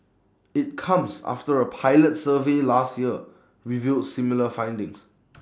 IT comes after A pilot survey last year revealed similar findings